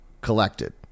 collected